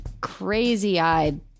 crazy-eyed